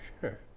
Sure